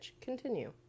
Continue